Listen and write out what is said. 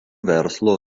verslo